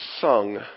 sung